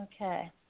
Okay